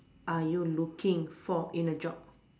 are you looking for in a job